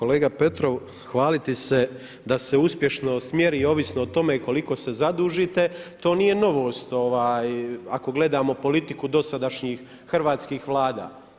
Kolega Petrov, hvaliti se da se uspješnost mjeri ovisno o tome koliko se zadužite, to nije novost, ako gledamo politiku dosadašnjih hrvatskih vlada.